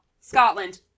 Scotland